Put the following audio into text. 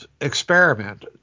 experiment